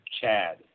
chad